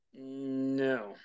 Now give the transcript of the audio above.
No